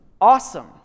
awesome